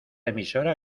emisora